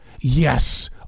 Yes